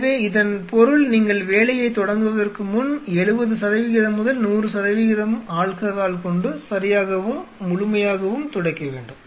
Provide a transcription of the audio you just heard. எனவே இதன் பொருள் நீங்கள் வேலையைத் தொடங்குவதற்கு முன் 70 சதவிகிதம் முதல் 100 சதவிகிதம் ஆல்கஹால் கொண்டு சரியாகவும் முழுமையாகவும் துடைக்க வேண்டும்